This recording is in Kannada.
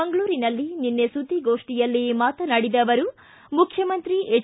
ಮಂಗಳೂರಿನಲ್ಲಿ ನಿನ್ನೆ ಸುದ್ದಿಗೋಷ್ಠಿಯಲ್ಲಿ ಮಾತನಾಡಿದ ಅವರು ಮುಖ್ಯಮಂತ್ರಿ ಎಚ್